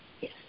Yes